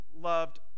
loved